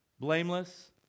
blameless